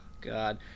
God